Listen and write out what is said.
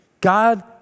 God